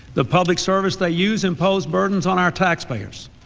the public service they use impose burdens on our taxpayers.